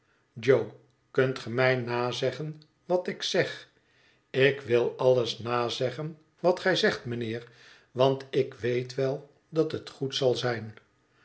jo kunt ge mij nazeggen wat ik zeg ik wil alles nazeggen wat gij zegt mijnheer want ik weet wel dat het goed zal zijn